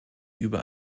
über